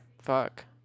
Fuck